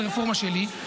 זו רפורמה שלי,